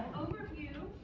overview